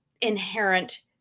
inherent